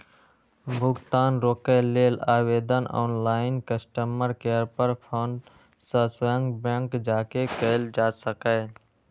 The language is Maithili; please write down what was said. भुगतान रोकै लेल आवेदन ऑनलाइन, कस्टमर केयर पर फोन सं स्वयं बैंक जाके कैल जा सकैए